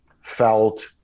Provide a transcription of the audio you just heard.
felt